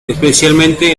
especialmente